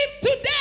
today